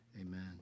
amen